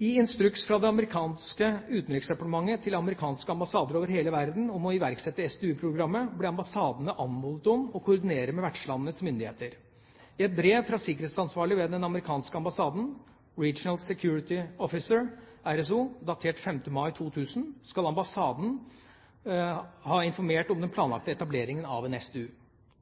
I instruks fra det amerikanske utenriksdepartementet til amerikanske ambassader over hele verden om å iverksette SDU-programmet ble ambassadene anmodet om å koordinere med vertslandenes myndigheter. I et brev fra sikkerhetsansvarlig ved den amerikanske ambassaden, Regional Security Officer – RSO, datert 5. mai 2000 skal ambassaden ha informert om den planlagte etableringen av en SDU.